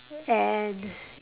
and